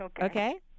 Okay